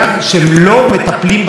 אני אגיד יותר מזה,